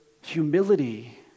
humility